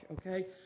okay